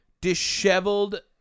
disheveled